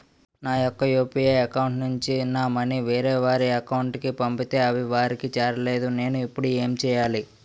నా యెక్క UPI account నుంచి నా మనీ వేరే వారి అకౌంట్ కు పంపితే అవి వారికి చేరలేదు నేను ఇప్పుడు ఎమ్ చేయాలి?